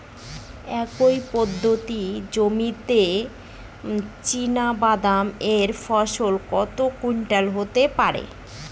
Acre প্রতি জমিতে চীনাবাদাম এর ফলন কত কুইন্টাল হতে পারে?